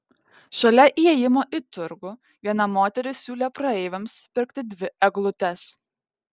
šalia įėjimo į turgų viena moteris siūlė praeiviams pirkti dvi eglutes